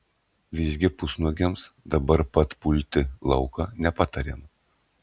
visgi pusnuogiams dabar pat pulti lauką nepatariama